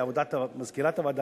ולעבודת מזכירת הוועדה,